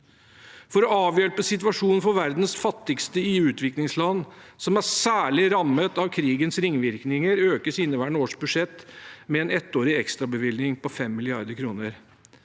For å avhjelpe situasjonen for verdens fattigste i utviklingsland, som er særlig rammet av krigens ringvirkninger, økes inneværende års budsjett med en ettårig ekstrabevilgning på 5 mrd. kr.